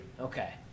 Okay